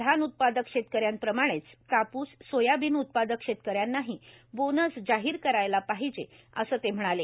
धान उत्पादक शेतकर्याप्रमाणेच कापूस सोयाबिन उत्पादक शेतकर्यांनाही बोनस जाहीर करायला पाहिजे असं ते म्हणाले